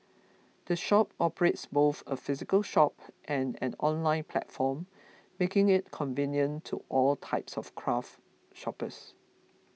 the shop operates both a physical shop and an online platform making it convenient to all types of craft shoppers